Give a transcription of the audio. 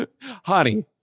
Honey